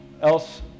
else